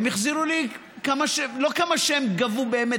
הם החזירו לי לא כמה שהם גבו באמת,